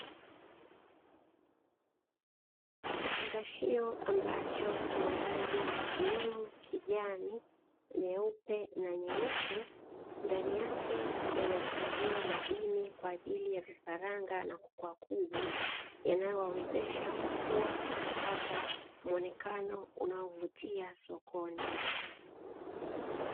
Kifungashio ambacho kina rangi ya bluu kijani nyeupe na nyeusi ndani yake yanahifadhiwa madini kwa ajili ya vifaranga na kuku wakubwa, yanayowawezesha kukua na kupata muonekano unaovutia sokoni.